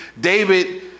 David